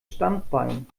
standbein